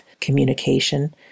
communication